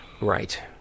Right